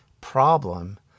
problem